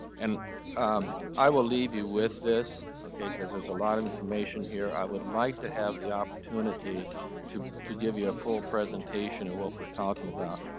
and um i will leave you with this, okay, because there's a lot of information here, i would like to have the opportunity to to give you a full presentation of what we're talking about.